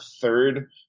third